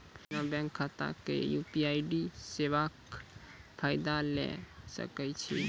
बिना बैंक खाताक यु.पी.आई सेवाक फायदा ले सकै छी?